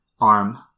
arm